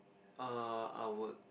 err I would